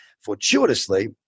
fortuitously